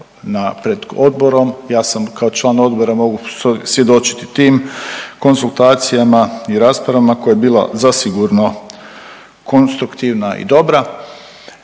pred Odborom. Ja sam kao član Odbora mogu svjedočiti tim konzultacijama i raspravama koja je bila zasigurno konstruktivna i dobra